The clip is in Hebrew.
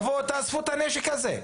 תבואו תאספו את הנשק הזה.